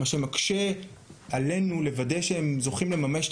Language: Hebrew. מה שמקשה עלינו לוודא שהם זוכים לממש את